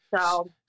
So-